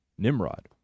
Nimrod